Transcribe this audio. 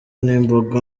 n’imboga